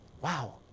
wow